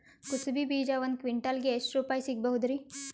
ಕುಸಬಿ ಬೀಜ ಒಂದ್ ಕ್ವಿಂಟಾಲ್ ಗೆ ಎಷ್ಟುರುಪಾಯಿ ಸಿಗಬಹುದುರೀ?